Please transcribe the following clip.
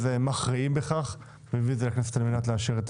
מכריעים בכך ומביאים את זה לכנסת על מנת לאשר.